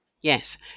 yes